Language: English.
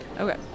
Okay